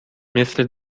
مثل